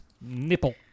nipple